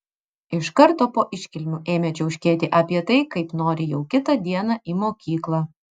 iš karto po iškilmių ėmė čiauškėti apie tai kaip nori jau kitą dieną į mokyklą